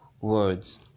words